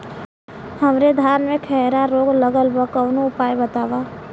हमरे धान में खैरा रोग लगल बा कवनो उपाय बतावा?